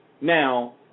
Now